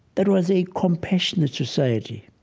that was a compassionate society,